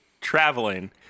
traveling